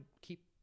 keep